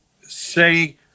say